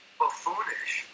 buffoonish